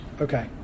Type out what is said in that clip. Okay